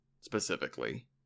specifically